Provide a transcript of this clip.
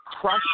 crush